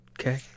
okay